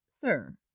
sir